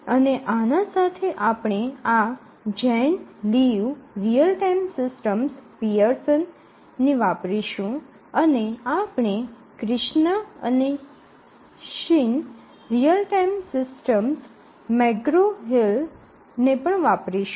અને આના સાથે આપણે આ Jane Liu real time systems Pearson Jane Liu Real Time systems Pearson ની વાપરીશું અને આપણે ક્રિષ્ના અને Shin real time systems McGraw Hill ને પણ વાપરીશું